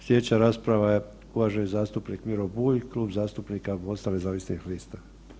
Slijedeća rasprava je uvaženi zastupnik Miro Bulj, Klub zastupnika MOST-a nezavisnih lista.